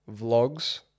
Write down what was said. vlogs